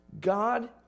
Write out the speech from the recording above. god